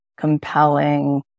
compelling